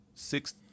Six